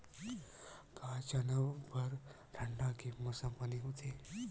का चना बर ठंडा के मौसम बने होथे?